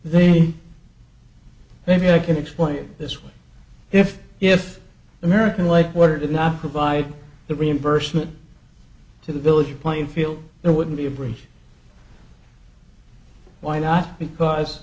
then maybe i can explain it this way if if american like were did not provide the reimbursement to the village playing field there wouldn't be a bridge why not because